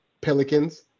Pelicans